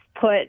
put